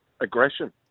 Aggression